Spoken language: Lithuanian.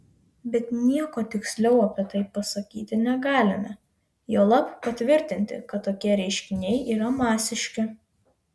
bet nieko tiksliau apie tai pasakyti negalime juolab patvirtinti kad tokie reiškiniai yra masiški